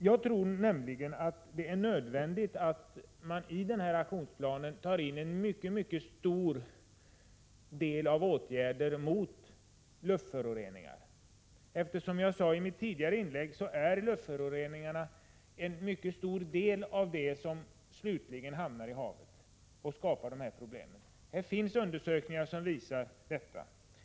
Jag tror att det är nödvändigt att i aktionsplanen ta in mycket mer av åtgärder mot luftföroreningar. Som jag sade i mitt tidigare inlägg hamnar luftföroreningarna slutligen i havet och skapar problem. Det finns undersökningar som visar detta.